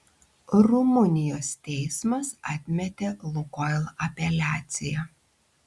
rumunijos teismas atmetė lukoil apeliaciją